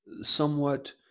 somewhat